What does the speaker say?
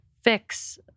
fix